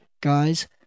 Guys